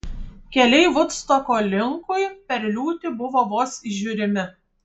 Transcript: keliai vudstoko linkui per liūtį buvo vos įžiūrimi